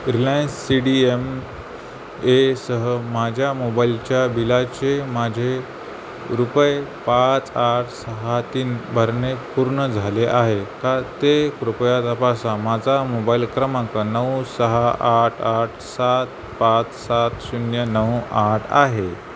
Reliance C D M एसह माझ्या मोबाईलच्या बिलाचे माझे रुपये पाच आठ सहा तीन भरणे पूर्ण झाले आहे का ते कृपया तपासा माझा मोबाईल क्रमांक नऊ सहा आठ आठ सात पाच सात शून्य नऊ आठ आहे